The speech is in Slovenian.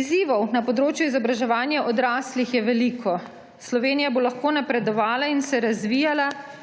Izzivov na področju izobraževanja odraslih je veliko. Slovenija bo lahko napredovala in se razvijala,